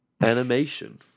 Animation